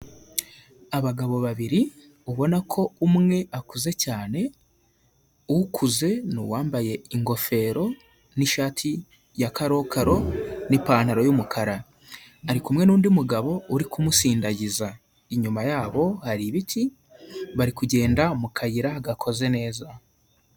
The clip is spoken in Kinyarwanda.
Abagabo babiri, ubona ko umwe akuze cyane, ukuze ni uwambaye ingofero, n'ishati ya karokaro, n'ipantaro y'umukara. Ari kumwe n'undi mugabo, uri kumusindagiza. Inyuma yabo hari ibiti, bari kugenda mu kayira gakoze neza.